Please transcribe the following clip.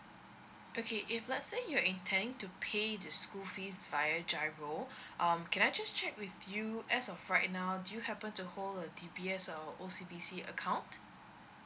okay if let say you're intending to pay the school fees via giro um can I just check with you as of right now do you happen to hold a D_B_S or O_C_B_C account